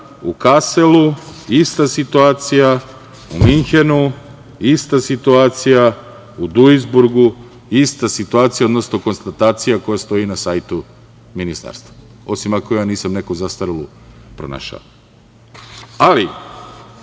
u Kaselu ista situacija, u Minhenu ista situacija, u Duizburgu ista situacija, odnosno konstatacija koja stoji na sajtu ministarstva, osim ako nisam neku zastarelu pronašao. Iako